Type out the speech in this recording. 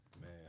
Man